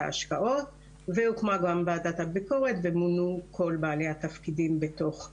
ההשקעות והוקמה גם ועדת הביקורת ומונו כל בעלי התפקידים בתוך הוועדה.